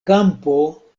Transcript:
kampo